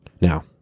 Now